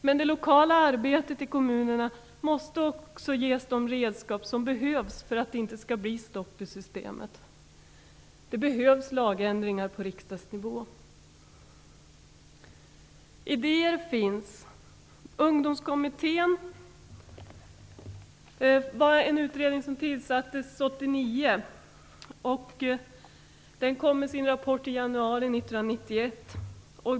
Men det lokala arbetet i kommunerna måste också ges de redskap som behövs för att det inte skall bli stopp i systemet. Det behövs lagändringar på riksdagsnivå. Idéer finns. Ungdomskommittén var en utredning som tillsattes 1989, och den kom med sin rapport i januari 1991.